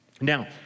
Now